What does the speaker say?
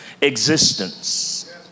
existence